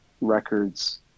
records